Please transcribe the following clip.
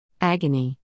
Agony